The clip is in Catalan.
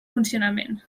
funcionament